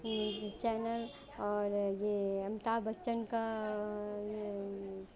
channel और यह अमिताभ बच्चन का